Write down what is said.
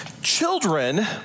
Children